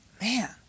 Man